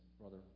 Brother